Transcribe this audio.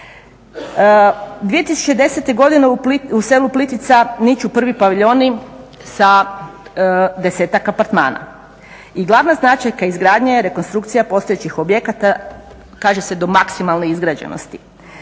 2010. godine u selu Plitvica niču prvi paviljoni sa desetak apartmana i glavna značajka izgradnje je rekonstrukcija postojećih objekata, kaže se do maksimalne izgrađenosti.